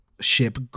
ship